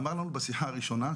אמר לנו בשיחה הראשונה,